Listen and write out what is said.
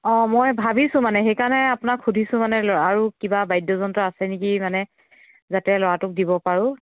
অঁ মই ভাবিছোঁ মানে সেইকাৰণে আপোনাক সুধিছোঁ মানে ল আৰু কিবা বাদ্যযন্ত্ৰ আছে নেকি মানে যাতে ল'ৰাটোক দিব পাৰোঁ